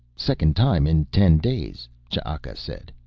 second time in ten days, ch'aka said.